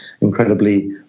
incredibly